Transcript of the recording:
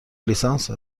لیسانست